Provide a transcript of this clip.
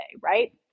right